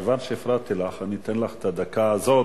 כיוון שהפרעתי לך אני אתן לך את הדקה הזאת.